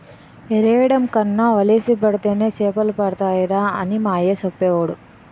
ఎరెయ్యడం కన్నా వలేసి పడితేనే సేపలడతాయిరా అని మా అయ్య సెప్పేవోడు